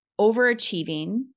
overachieving